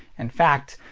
in fact,